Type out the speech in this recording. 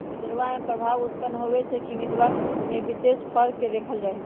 बजरवा में प्रभाव उत्पन्न होवे से कीमतवा में विशेष फर्क के देखल जाहई